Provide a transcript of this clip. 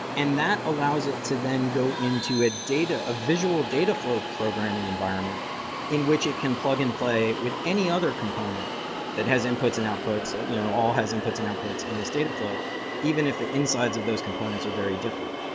and that allows it to then go into a data, a visual dataflow programming environment in which it can plug and play with any other component that has inputs and outputs, ah you know all has inputs and outputs in this dataflow even if the insides of components are very different.